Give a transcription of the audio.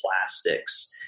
plastics